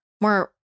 more